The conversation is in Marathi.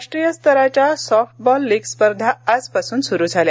राष्ट्रीय स्तराच्या सॉफ्टबॉल लिग स्पर्धा आजपासून सुरू झाल्या